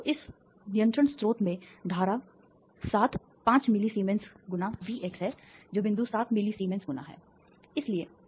तो इस नियंत्रण स्रोत में धारा सात 5 मिली सीमेंस गुणा v x है जो बिंदु सात 5 मिली सीमेंस गुना है